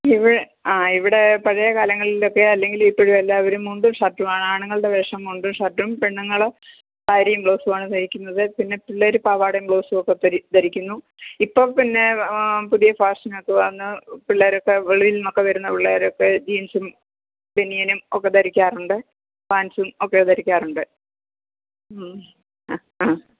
ഇവ ആ ഇവിടെ പഴയ കാലങ്ങളിലൊക്കെ അല്ലെങ്കിൽ ഇപ്പോഴും എല്ലാവരും മുണ്ടും ഷർട്ടുമാണ് ആണുങ്ങളുടെ വേഷം മുണ്ടും ഷർട്ടും പെണ്ണുങ്ങൾ സാരിയും ബ്ലൗസുമാണ് ധരിക്കുന്നത് പിന്നെ പിള്ളേർ പാവാടയും ബ്ലൗസും ഒക്കെ ധരി ധരിക്കുന്നു ഇപ്പോൾ പിന്നെ പുതിയ ഫാഷൻ ഒക്കെ വന്ന് പിള്ളേരൊക്കെ വെളിയിൽ നിന്നൊക്കെ വരുന്ന പിള്ളേരൊക്കെ ജീൻസും ബനിയനും ഒക്കെ ധരിക്കാറുണ്ട് പാൻറ്സും ഒക്കെ ധരിക്കാറുണ്ട് ആ ആ